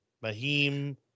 Mahim